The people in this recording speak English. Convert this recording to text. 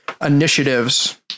initiatives